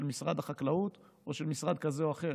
משרד החקלאות או של משרד כזה או אחר,